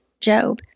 Job